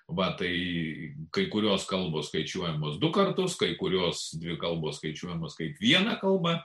va tai kai kurios kalbos skaičiuojamos du kartus kai kurios dvi kalbos skaičiuojamos kaip viena kalba